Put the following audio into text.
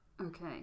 Okay